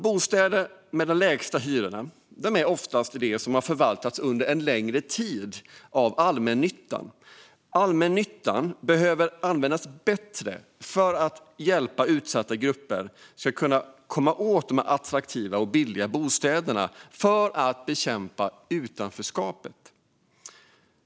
Bostäderna med de lägsta hyrorna är oftast de som under en längre tid har förvaltats av allmännyttan. Allmännyttan behöver användas bättre för att hjälpa utsatta grupper att komma åt attraktiva och billiga bostäder, för att bekämpa utanförskapet.